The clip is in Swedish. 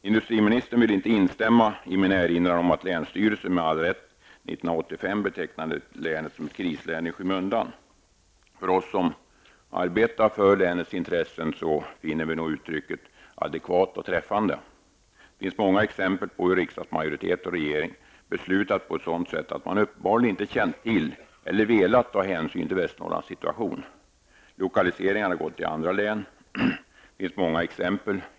Industriministern vill inte instämma när jag erinrar om att länsstyrelsen med all rätt 1985 betecknade länet som ett krislän i skymundan. Vi som arbetar för länets intressen finner emellertid uttrycket adekvat och träffande. Det finns många exempel på hur riksdagsmajoritet och regering har fattat beslut som tyder på att man uppenbarligen inte känt till eller velat ta hänsyn till Västernorrlands situation. Lokaliseringar har gått till andra län. Det finns många exempel.